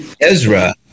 Ezra